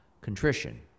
contrition